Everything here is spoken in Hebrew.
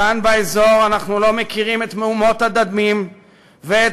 כאן באזור אנחנו לא מכירים את מהומות הדמים ואת